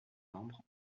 membres